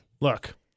Look